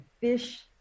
fish